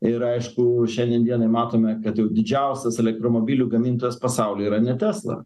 ir aišku šiandien dienai matome kad jau didžiausias elektromobilių gamintojas pasaulyje yra ne tesla